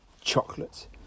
chocolate